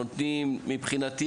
מבחינתי,